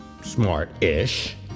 smart-ish